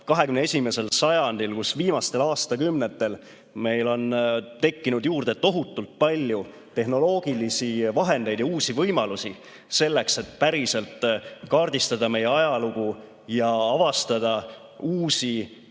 21. sajandil, kui viimastel aastakümnetel on meil tekkinud juurde tohutult palju tehnoloogilisi vahendeid ja uusi võimalusi selleks, et päriselt kaardistada meie ajalugu ja avastada uusi